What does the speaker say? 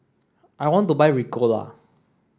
I want to buy Ricola